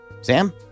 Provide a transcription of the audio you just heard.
Sam